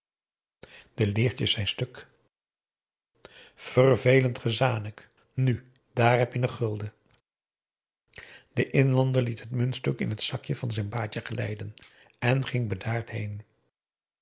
de leertjes zijn stuk vervelend gezanik nu daar heb je een gulden de inlander liet het muntstuk in t zakje van zijn baadje glijden en ging bedaard heen